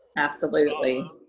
absolutely.